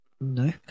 No